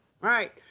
Right